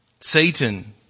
Satan